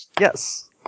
Yes